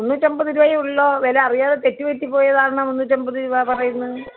മുന്നൂറ്റമ്പത് രൂപയേ ഉള്ളോ വില അറിയാതെ തെറ്റ് പറ്റി പോയതാണോ മുന്നൂറ്റമ്പത് രൂപ പറയുന്നത്